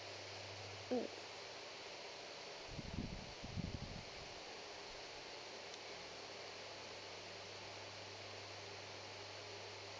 mm